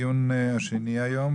אנחנו פותחים את הדיון השני היום,